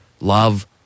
love